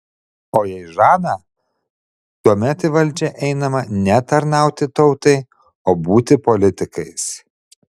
o jei žada tuomet į valdžią einama ne tarnauti tautai bet būti politikais